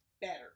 better